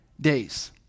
days